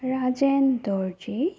Rajen Darji